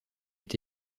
est